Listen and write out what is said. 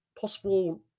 possible